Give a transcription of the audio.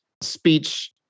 speech